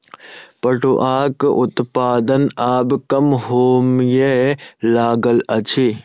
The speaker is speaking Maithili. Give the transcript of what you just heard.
पटुआक उत्पादन आब कम होमय लागल अछि